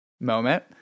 moment